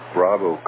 Bravo